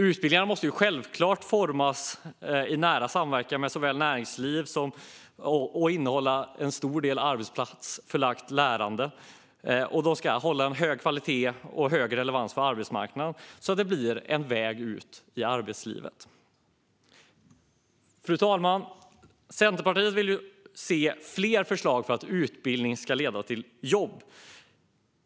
Utbildningarna måste självklart formas i nära samverkan med näringslivet och innehålla en stor del arbetsplatsförlagt lärande. De ska hålla hög kvalitet och ha hög relevans för arbetsmarknaden så att de blir en väg ut i arbetslivet. Fru talman! Centerpartiet vill se fler förslag för att utbildning ska leda till jobb.